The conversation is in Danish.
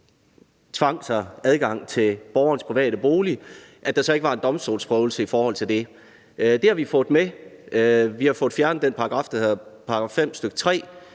tiltvang sig adgang til borgerens private bolig, uden at der var en domstolsprøvelse af det. Det har vi fået med; vi har fået fjernet den paragraf, der hedder § 5, stk. 3.